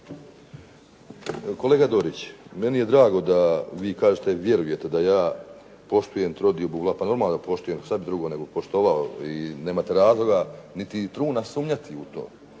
Kolega Dorić, meni je drago da vi kažete vjerujete da ja poštujem trodiobu. Normalno da poštujem, šta bi drugo nego poštovao i nemate razloga niti truna sumnjati u to.